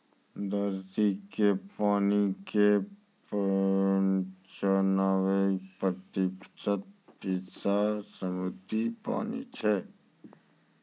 धरती के पानी के पंचानवे प्रतिशत हिस्सा समुद्री पानी छै